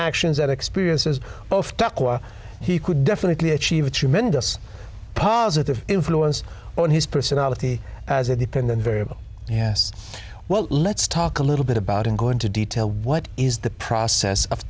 actions and experiences of taqwa he could definitely achieve a tremendous positive influence on his personality as a dependent variable yes well let's talk a little bit about and go into detail what is the process of